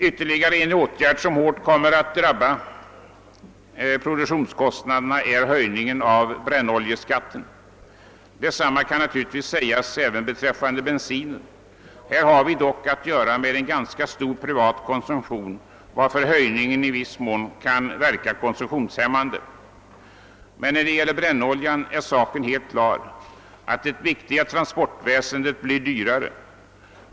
Ytterligare en åtgärd som hårt kom mer att drabba produktionskostnaderna är höjningen av brännoljeskatten. Detsamma kan naturligtvis sägas beträffande bensinen. Här har vi dock att göra med en ganska stor privat konsumtion, varför höjningen i viss mån kan verka konsumtionshämmande. Men när det gäller brännoljan är saken helt klar: det viktiga transportväsendet blir dyrare.